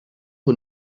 who